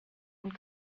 und